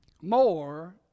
more